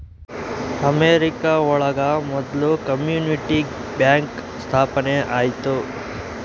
America ಒಳಗ ಮೊದ್ಲು community bank ಸ್ಥಾಪನೆ ಆಯ್ತು